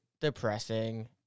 depressing